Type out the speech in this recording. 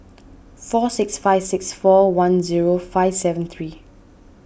four six five six four one zero five seven three